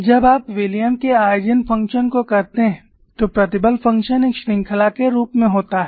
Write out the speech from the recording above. जब आप विलियम के आइजेन फ़ंक्शन को करते हैं तो प्रतिबल फ़ंक्शन एक श्रृंखला के रूप में होता है